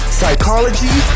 psychology